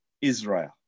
Israel